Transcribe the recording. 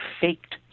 faked